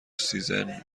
سیزن